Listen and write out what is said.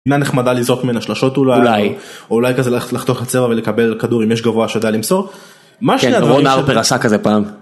נקודה נחמדה לזרוק מן השלשות אולי אולי כזה לחתוך הצבע ולקבל כדור אם יש גבוהה שיודע למסור. מה שאתה רון לאופר עשה כזה פעם.